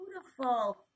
Beautiful